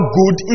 good